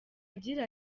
agira